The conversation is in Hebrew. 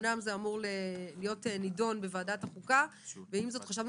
אמנם זה אמור להיות נדון בוועדת החוקה ועם זאת חשבנו